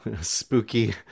spooky